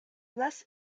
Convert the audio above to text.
less